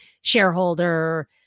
shareholder